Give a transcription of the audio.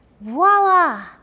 Voila